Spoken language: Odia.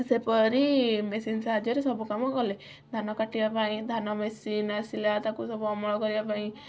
ସେପରି ମେସିନ ସାହାଯ୍ୟରେ ସବୁ କାମ କଲେ ଧାନ କାଟିବା ପାଇଁ ଧାନ ମେସିନ ଆସିଲା ତାକୁ ସବୁ ଅମଳ କରିବା ପାଇଁ